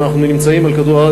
אם אנחנו נמצאים על כדור-הארץ,